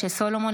משה סולומון,